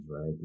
right